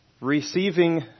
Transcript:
receiving